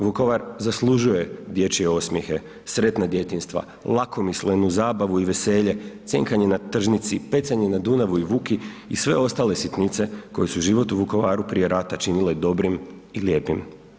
Vukovar zaslužuje dječje osmjehe, sretna djetinjstva, lakomislenu zabavu i veselje, cjenjkanje na tržnici, pecanje na Dunavu i Vuki i sve ostale sitnice koje su život u Vukovaru prije rata činile dobrim i lijepim.